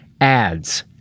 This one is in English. ads